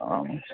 हा